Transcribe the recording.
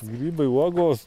grybai uogos